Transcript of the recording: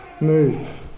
move